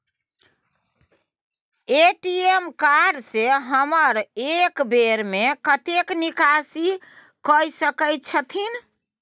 ATM card से हम एक बेर में कतेक निकासी कय सके छथिन?